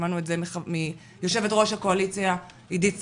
שמענו את זה מיושבת ראש הקואליציה עידית סילמן,